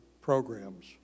programs